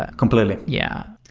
ah completely yeah.